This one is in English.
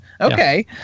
Okay